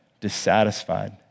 dissatisfied